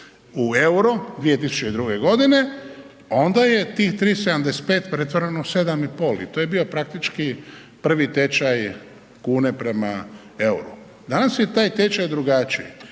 u EUR-o 2002. godine onda je tih 3,75 pretvoreno u 7,5 i to je bio praktički prvi tečaj kune prema EUR-u. Danas je taj tečaj drugačiji.